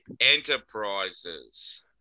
Enterprises